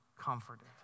comforted